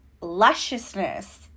lusciousness